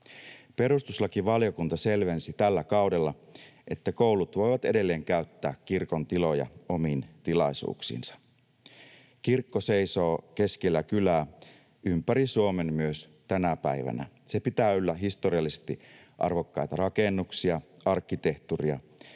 Perustuslakivaliokunta selvensi tällä kaudella, että koulut voivat edelleen käyttää kirkon tiloja omiin tilaisuuksiinsa. Kirkko seisoo keskellä kylää ympäri Suomen myös tänä päivänä. Se pitää yllä historiallisesti arvokkaita rakennuksia, arkkitehtuuria,